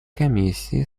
комиссии